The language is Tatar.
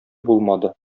булмады